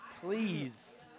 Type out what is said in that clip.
Please